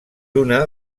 una